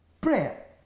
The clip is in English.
prayer